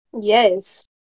Yes